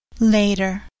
Later